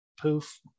poof